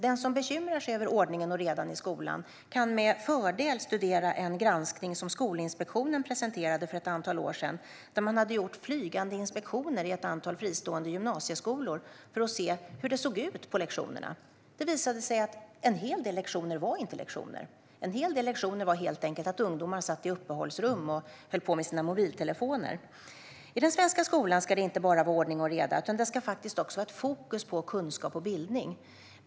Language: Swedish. Den som bekymrar sig över ordningen och redan i skolan kan med fördel studera en granskning som Skolinspektionen presenterade för ett antal år sedan. Man hade gjort flygande inspektioner i ett antal fristående gymnasieskolor för att se hur det såg ut på lektionerna. Det visade sig att en hel del lektioner inte var lektioner. En hel del lektioner innebar helt enkelt att ungdomar satt i uppehållsrum och höll på med sina mobiltelefoner. I den svenska skolan ska det inte bara vara ordning och reda. Det ska faktiskt också vara ett fokus på kunskap och bildning.